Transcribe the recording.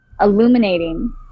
Illuminating